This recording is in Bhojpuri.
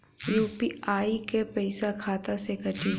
यू.पी.आई क पैसा खाता से कटी?